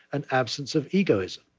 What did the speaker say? and absence of egoism.